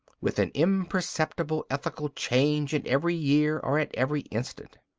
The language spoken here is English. with an imperceptible ethical change in every year or at every instant.